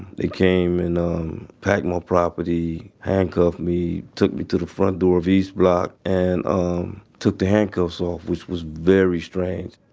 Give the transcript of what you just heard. they came and packed my property, handcuffed me took me to the front door of east block, and um took the handcuffs off which was very strange.